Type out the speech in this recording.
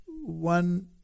one